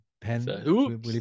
pen